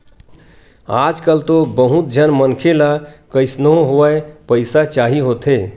आजकल तो बहुत झन मनखे ल कइसनो होवय पइसा चाही होथे